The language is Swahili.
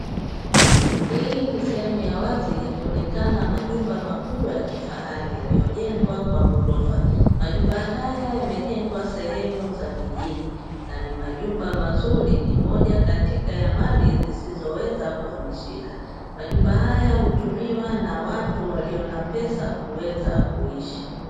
Hii ni sehemu ya wazi yakionekana majumba makubwa ya kifahari yaliyojengwa kwa gorofa, majumba haya yamejengwa sehemu za mijini na ni majumba mazuri ni moja katika ya mali zisizohamishika, majumba haya hutumiwa na watu walio na pesa kuweza kuishi.